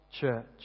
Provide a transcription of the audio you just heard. church